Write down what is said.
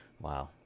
Wow